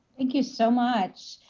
thank you so much.